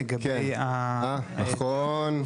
כן, אה, נכון.